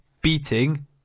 beating